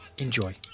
enjoy